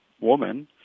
woman